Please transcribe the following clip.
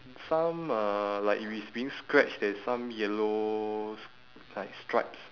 some uh like if it's being scratched there is some yellow s~ like stripes